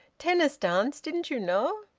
tennis dance. didn't you know?